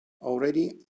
already